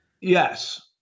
Yes